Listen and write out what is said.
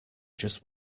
just